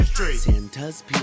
Santa's